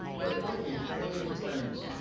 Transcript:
but importantly, family and friends